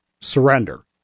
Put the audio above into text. surrender